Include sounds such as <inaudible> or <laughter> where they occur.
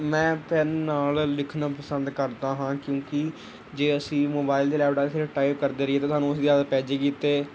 ਮੈਂ ਪੈੱਨ ਨਾਲ ਲਿਖਣਾ ਪਸੰਦ ਕਰਦਾ ਹਾਂ ਕਿਉਂਕਿ ਜੇ ਅਸੀਂ ਮੋਬਾਇਲ ਦੇ <unintelligible> ਅਸੀਂ ਟਾਈਪ ਕਰਦੇ ਰਹੀਏ ਤਾਂ ਸਾਨੂੰ ਉਸ ਦੀ ਆਦਤ ਪੈ ਜੇਗੀ ਅਤੇ